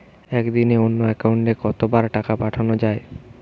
একদিনে অন্য একাউন্টে কত বার টাকা পাঠানো য়ায়?